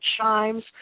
chimes